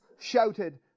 shouted